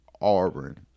Auburn